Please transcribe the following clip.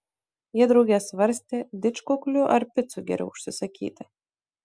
jie drauge svarstė didžkukulių ar picų geriau užsisakyti